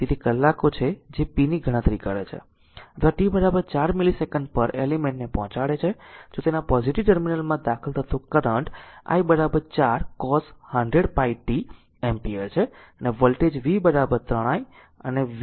તેથી તે કલાકો છે જે p ની ગણતરી કરે છે અથવા t 4 મિલિસેકંડ પર એલિમેન્ટ ને પહોંચાડે છે જો તેના પોઝીટીવ ટર્મિનલમાં દાખલ થતો કરંટ i 4 cos100πt એમ્પીયર છે અને વોલ્ટેજ v 3 i અને v 3 di તા